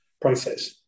process